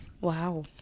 wow